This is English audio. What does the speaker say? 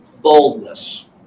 boldness